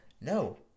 No